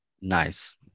Nice